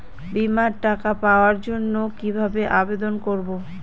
বিমার টাকা পাওয়ার জন্য কিভাবে আবেদন করব?